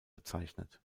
bezeichnet